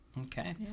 Okay